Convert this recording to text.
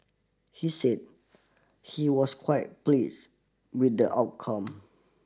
he said he was quite pleased with the outcome